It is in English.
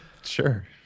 Sure